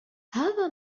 هذا